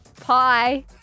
Pie